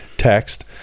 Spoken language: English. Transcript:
Text